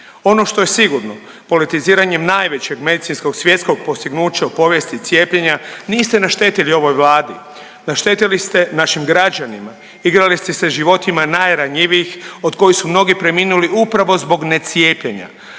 Ono što je sigurno, politiziranjem najvećeg medicinskog svjetskog postignuća u povijesti, cijepljenja, niste naštetili ovoj Vladi, naštetili ste našim građanima, igrali ste se životima najranjivijih od kojih su mnogi preminuli upravo zbog necijepljenja.